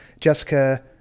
Jessica